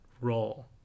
role